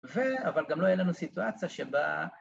ו... אבל גם לא הייתה לנו סיטואציה שבה...